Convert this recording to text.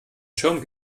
schirm